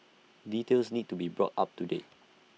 details need to be brought up to date